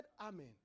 amen